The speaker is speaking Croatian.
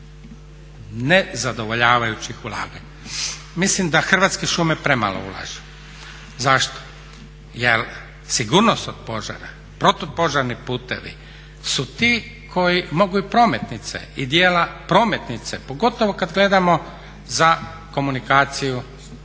nezadovoljavajućih ulaganja. Mislim da Hrvatske šume premalo ulažu. Zašto? Jer sigurnost od požara, protupožarni putovi su ti koji mogu i prometnice i dijela prometnice, pogotovo kada gledamo za komunikaciju